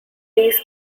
these